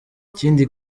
ikindi